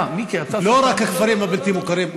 לא רק הכפרים הבלתי-מוכרים,